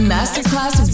Masterclass